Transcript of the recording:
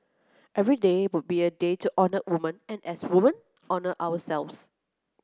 every day would be a day to honour women and as women honour ourselves